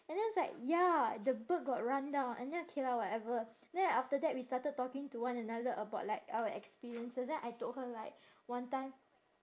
and then I was like ya the bird got run down and then okay lah whatever then after that we started talking to one another about like our experiences then I told her like one time